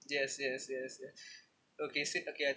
yes yes yes yes okay say again